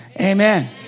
amen